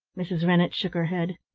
mrs. rennett shook her head.